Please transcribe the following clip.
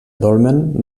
dolmen